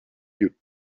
you